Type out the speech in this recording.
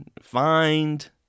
find